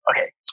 okay